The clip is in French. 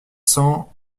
cent